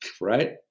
right